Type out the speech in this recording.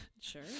sure